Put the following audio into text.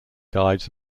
guides